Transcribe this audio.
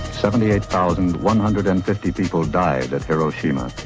seventy-eight thousand, one hundred and fifty people died at hiroshima.